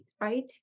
right